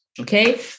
Okay